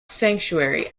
sanctuary